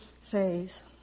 says